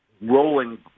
rolling